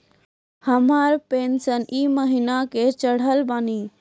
हमर पेंशन ई महीने के चढ़लऽ बानी?